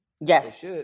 yes